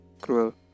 cruel